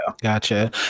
Gotcha